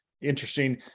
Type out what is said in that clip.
interesting